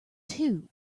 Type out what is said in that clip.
two